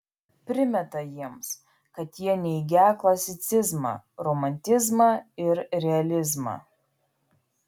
primeta jiems kad jie neigią klasicizmą romantizmą ir realizmą